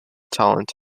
talent